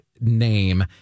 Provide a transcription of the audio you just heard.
name